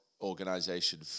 organization